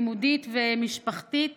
לימודית ומשפחתית